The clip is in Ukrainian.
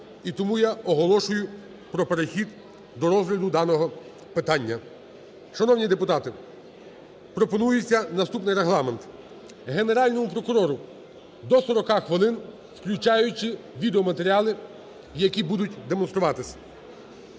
і тому я оголошую про перехід до розгляду даного питання. Шановні депутати, пропонується наступний регламент. Генеральному прокурору - до 40 хвилин, включаючи відеоматеріали, які будуть демонструватися.